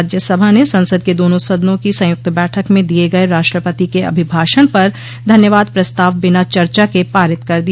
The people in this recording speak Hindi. राज्यसभा ने संसद के दोनों सदनों की संयुक्त बैठक में दिए गए राष्ट्रपति के अभिभाषण पर धन्यवाद प्रस्ताव बिना चर्चा के पारित कर दिया